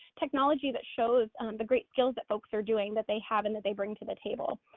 technology that shows the great skills that folks are doing that they have and that they bring to the table,